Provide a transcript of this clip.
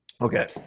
okay